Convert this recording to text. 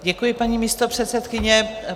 Děkuji, paní místopředsedkyně.